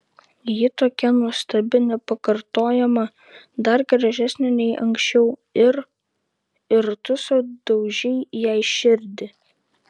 ji tokia nuostabi nepakartojama dar gražesnė nei anksčiau ir ir tu sudaužei jai širdį